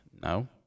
no